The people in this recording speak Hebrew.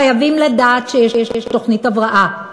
חייבים לדעת שיש תוכנית הבראה,